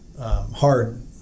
hard